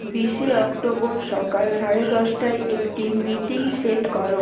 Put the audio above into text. বিশে অক্টোবর সকাল সাড়ে দশটায় একটি মিটিং সেট করো